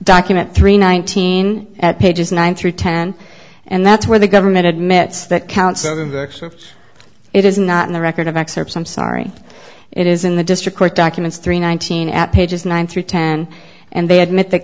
document three nineteen at pages nine through ten and that's where the government admits that counts it is not in the record of excerpts i'm sorry it is in the district court documents three nineteen at pages nine through ten and they admit that